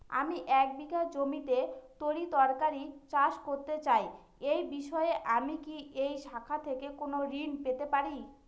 আমি এক বিঘা জমিতে তরিতরকারি চাষ করতে চাই এই বিষয়ে আমি কি এই শাখা থেকে কোন ঋণ পেতে পারি?